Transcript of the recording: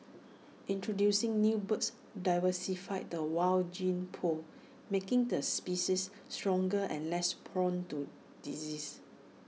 introducing new birds diversify the wild gene pool making the species stronger and less prone to disease